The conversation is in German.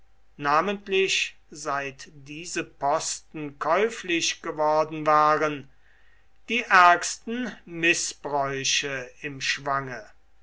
namentlich seit diese posten käuflich geworden waren die ärgsten mißbräuche im schwange